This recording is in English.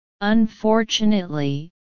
Unfortunately